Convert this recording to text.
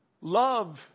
Love